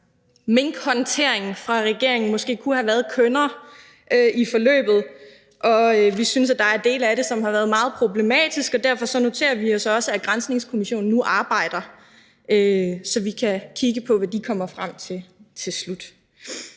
minkhåndtering fra regeringens side måske kunne have været kønnere, hvad angår forløbet, og vi synes, at der er dele af den, som har været meget problematiske. Derfor noterer vi os også, at granskningskommissionen nu arbejder, så vi kan kigge på, hvad den kommer frem til til slut.